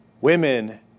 Women